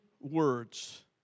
words